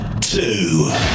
two